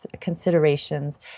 considerations